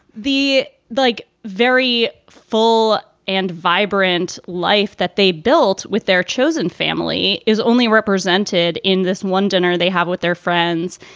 the like, very full and vibrant life that they built with their chosen family is only represented in this one dinner they have with their friends.